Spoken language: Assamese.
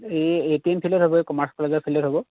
এই এই এ টিম ফিল্ডত হ'ব এই কমাৰ্চ কলেজৰ ফিল্ডত হ'ব